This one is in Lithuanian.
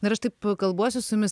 na ir aš taip kalbuosi su jumis